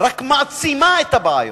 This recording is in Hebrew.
רק מעצימה את הבעיות.